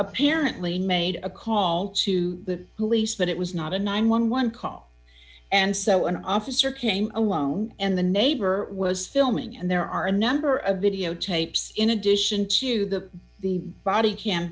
apparently made a call to the police that it was not a nine hundred and eleven call and so an officer came alone and the neighbor was filming and there are a number of videotapes in addition to the the body ca